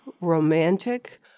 romantic